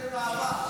שהגישה את זה בעבר.